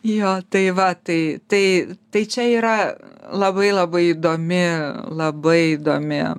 jo tai va tai tai tai čia yra labai labai įdomi labai įdomi